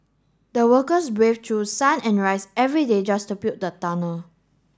the workers braved through sun and raise every day just to build the tunnel